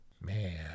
Man